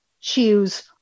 choose